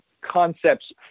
concepts